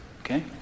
Okay